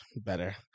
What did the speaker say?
better